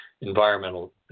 environmental